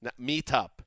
Meetup